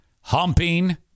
humping